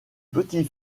petit